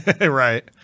Right